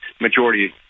majority